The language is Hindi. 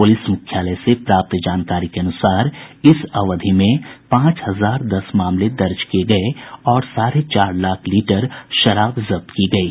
पुलिस मुख्यालय से प्राप्त जानकारी के अनुसार इस अवधि में पांच हजार दस मामले दर्ज किये गये और साढ़े चार लाख लीटर शराब जब्त की गयी